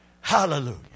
Hallelujah